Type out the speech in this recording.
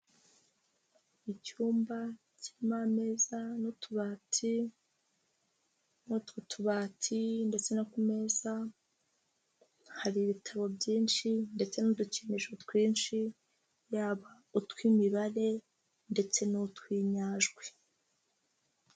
Icyumba kirimo ameza n'utubati mut'utubati ndetse no ku meza, hari ibitabo byinshi ndetse n'udukinisho twinshi, yaba utw'imibare ndetse n'utw'inyajwi.